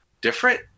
different